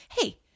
hey